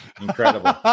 incredible